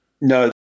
No